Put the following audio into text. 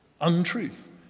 untruth